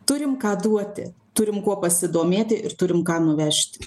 turim ką duoti turim kuo pasidomėti ir turim ką nuvežti